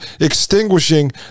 extinguishing